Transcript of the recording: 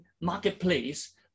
marketplace